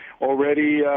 Already